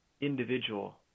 individual